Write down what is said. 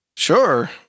Sure